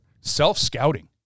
self-scouting